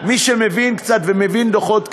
והנהלה, מי שמבין קצת ומבין דוחות כספיים,